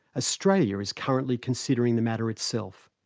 ah australia is currently considering the matter itself.